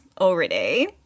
already